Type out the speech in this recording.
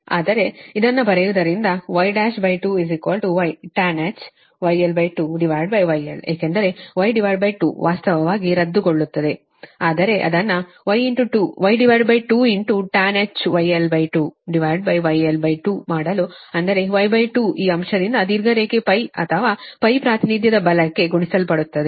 ಆದರೆ ಇದನ್ನು ಬರೆಯುವುದರಿಂದ Y12Ytanh γl2 γl ಏಕೆಂದರೆ Y2ವಾಸ್ತವವಾಗಿ ರದ್ದುಗೊಳ್ಳುತ್ತದೆ ಆದರೆ ಅದನ್ನು Y2 tanh γl2 γl2 ಮಾಡಲು ಅಂದರೆ Y2 ಈ ಅಂಶದಿಂದ ದೀರ್ಘ ರೇಖೆ ಅಥವಾ ಪ್ರಾತಿನಿಧ್ಯದ ಬಲಕ್ಕೆ ಗುಣಿಸಲ್ಪಡುತ್ತದೆ